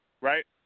right